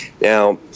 Now